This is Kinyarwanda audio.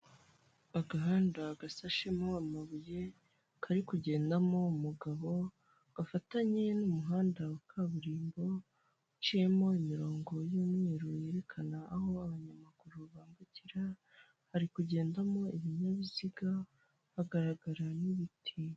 Agahanda gasashemo amabuye kari kugendamo umugabo gafatanye n'umuhanda wa kaburimbo uciyemo imirongo y'umweruru yerekana aho abanyamaguru bambukira, hari kugendamo ibinyabiziga, hagaragara n'ibiti.